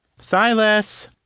Silas